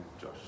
Josh